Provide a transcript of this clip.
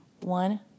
one